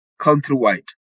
countrywide